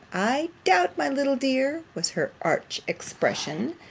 i doubt, my little dear, was her arch expression,